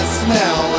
smell